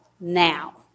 now